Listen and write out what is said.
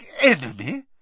enemy